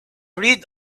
read